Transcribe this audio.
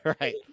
right